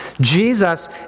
Jesus